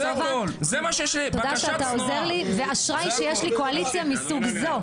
תודה שאתה עוזר לי ואשריי שיש לי קואליציה מסוג זו.